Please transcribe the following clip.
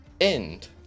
end